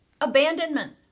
abandonment